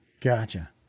Gotcha